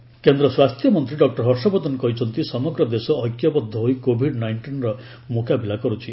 ବର୍ଦ୍ଧନ Covid କେନ୍ଦ୍ର ସ୍ୱାସ୍ଥ୍ୟ ମନ୍ତ୍ରୀ ଡକ୍ଟର ହର୍ଷବର୍ଦ୍ଧନ କହିଛନ୍ତି ସମଗ୍ର ଦେଶ ଐକ୍ୟବଦ୍ଧ ହୋଇ କୋଭିଡ ନାଇଷ୍ଟିନ୍ର ମୁକାବିଲା କରୁଛି